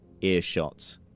earshot